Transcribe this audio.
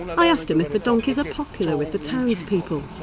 i asked him if the donkeys are popular with the townspeople.